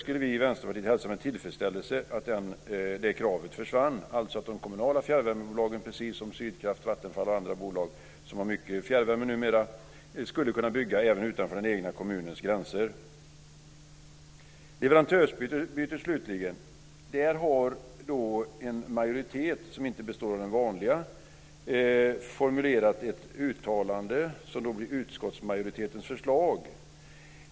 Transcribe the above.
Vi i Vänsterpartiet skulle med tillfredsställelse hälsa att det kravet försvann. De kommunala fjärrvärmebolagen skulle alltså - precis som Sydkraft, Vattenfall och andra bolag som producerar mycket fjärrvärme numera - kunna bygga även utanför den egna kommunens gränser. Slutligen vill jag ta upp frågan om leverantörsbyte. Där har en majoritet, som inte är den vanliga, formulerat ett uttalande som blir utskottsmajoritetens förslag.